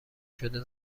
شده